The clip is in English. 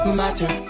matter